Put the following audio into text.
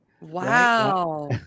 Wow